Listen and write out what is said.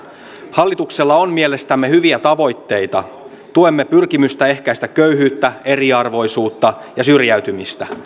hallituksella on mielestämme hyviä tavoitteita tuemme pyrkimystä ehkäistä köyhyyttä eriarvoisuutta ja syrjäytymistä